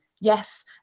yes